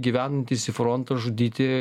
gyvenantys į frontą žudyti